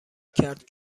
کرد